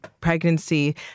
pregnancy